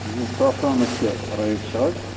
یہِ حظ سیفرانَس کیٛاہ ریٹ چھِ اَز